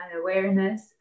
awareness